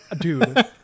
Dude